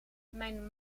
mijn